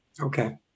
Okay